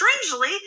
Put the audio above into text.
strangely